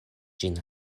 ĝin